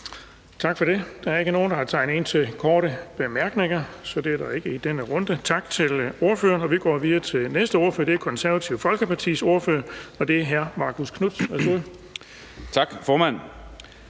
Tak for det. Der er ikke nogen, der har tegnet sig ind for korte bemærkninger, så det er der ikke i denne runde. Tak til ordføreren. Og vi går videre til den næste ordfører, som er Det Konservative Folkepartis ordfører, hr. Marcus Knuth. Værsgo.